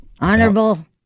Honorable